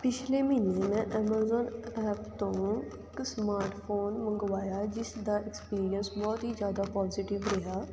ਪਿਛਲੇ ਮਹੀਨੇ ਮੈਂ ਐਮਾਜ਼ੋਨ ਐਪ ਤੋਂ ਇੱਕ ਸਮਾਰਟ ਫ਼ੋਨ ਮੰਗਵਾਇਆ ਜਿਸਦਾ ਐਕਸਪੀਰੀਅੰਸ ਬਹੁਤ ਹੀ ਜ਼ਿਆਦਾ ਪੋਜ਼ੀਟਿਵ ਰਿਹਾ